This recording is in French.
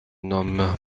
nomme